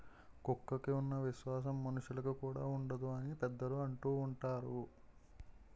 కుక్కకి ఉన్న విశ్వాసం మనుషులుకి కూడా ఉండదు అని పెద్దలు అంటూవుంటారు